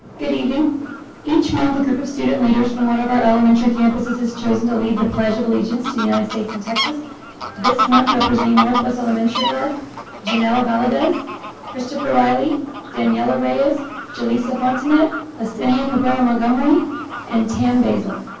good evening each month a group of student leaders from one of our elementary campuses has chosen to lead the pledge of allegiance to the united states and texas this month representing northwest elementary are janelle valadez christopher riley daniela reyes jaleesa fontan ed liston and yeah cabrera montgomery and tam basil.